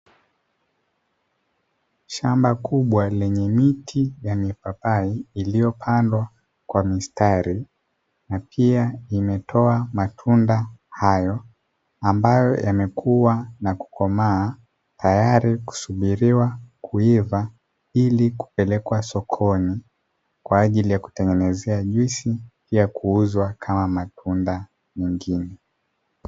Shamba kubwa lililo pandwa miti ya mipapai, iliyopandwa kwa mistari na pia imetoa matunda hayo ambayo yamekuwa na kukomaa tayari kusubiriwa kuiva ili kupelekwa sokoni kwa ajili ya kutengeneza juisi ya kuuzwa kama matunda mengine.